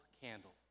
Candle